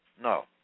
No